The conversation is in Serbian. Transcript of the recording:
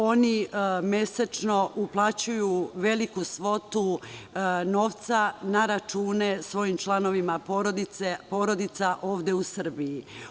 Oni mesečno uplaćuju veliku svotu novca na račune svojim članovima porodica, ovde u Srbiji.